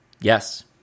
Yes